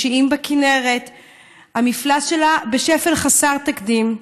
יש איים בכינרת והמפלס שלה בשפל חסר תקדים.